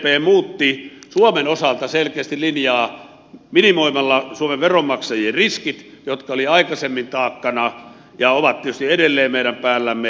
sdp muutti suomen osalta selkeästi linjaa minimoimalla suomen veronmaksajien riskit jotka olivat aikaisemmin taakkana ja ovat tietysti edelleen meidän päällämme